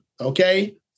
okay